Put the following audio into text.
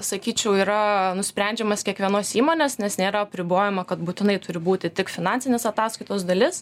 sakyčiau yra nusprendžiamas kiekvienos įmonės nes nėra apribojimo kad būtinai turi būti tik finansinės ataskaitos dalis